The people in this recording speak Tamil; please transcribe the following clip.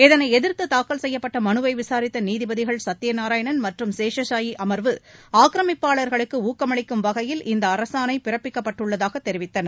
இதனை எதிர்த்து தாக்கல் செய்யப்பட்ட மனுவை விசாரித்த நீதிபதிகள் சத்தியநாராயணன் மற்றும் சேஷசாயி அமர்வு ஆக்கிரமிப்பாளர்களுக்கு ஊக்கமளிக்கும் வகையில் இந்த அரசாணை பிறப்பிக்கப்பட்டுள்ளதாக தெரிவித்தனர்